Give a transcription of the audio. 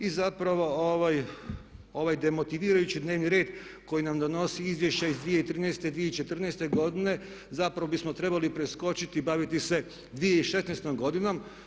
I zapravo ovaj demotivirajući dnevni red koji nam donosi izvješća iz 2013., 2014. godine zapravo bismo trebali preskočiti i baviti se 2016. godinom.